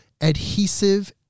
adhesive